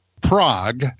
Prague